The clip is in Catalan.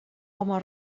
home